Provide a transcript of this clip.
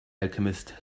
alchemist